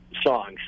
songs